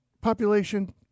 population